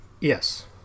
yes